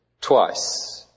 twice